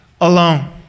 alone